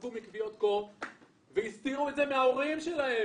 סבלו מכוויות קור והסתירו את זה מההורים שלהם